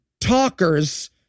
talkers